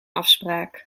afspraak